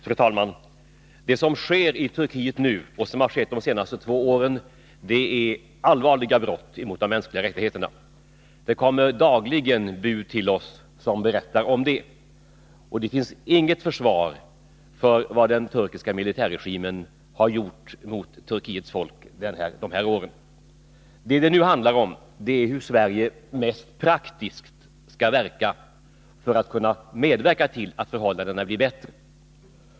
Fru talman! Det som sker i Turkiet nu och som har skett de senaste två åren är allvarliga brott mot de mänskliga rättigheterna. Det kommer dagligen bud till oss som berättar om detta. Det finns inget försvar för vad den turkiska militärregimen har gjort mot turkiskt folk de här åren. Vad det nu handlar om är hur Sverige mest praktiskt skall kunna medverka till att förhållandena blir bättre.